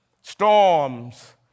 Storms